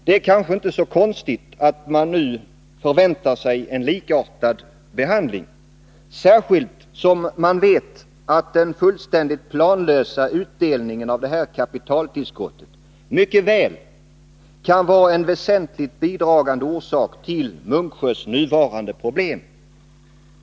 Det är kanske inte så konstigt om man nu förväntar sig en likartad behandling, särskilt som man vet att den fullständigt planlösa utdelningen av detta kapitaltillskott mycket väl kan vara en väsentligt bidragande orsak till Munksjös nuvarande problem.